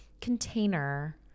container